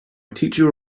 teacher